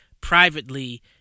privately